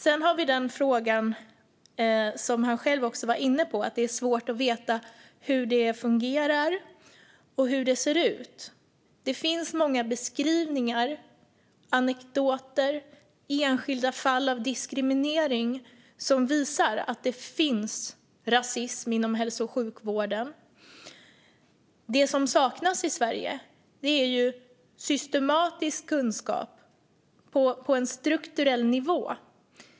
Sedan har vi den fråga som utbildningsministern själv var inne på, att det är svårt att veta hur det fungerar och hur det ser ut. Det finns många beskrivningar, anekdoter och enskilda fall av diskriminering som visar att det finns rasism inom hälso och sjukvården. Det som saknas i Sverige är systematisk kunskap på strukturell nivå.